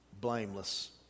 blameless